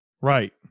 right